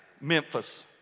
memphis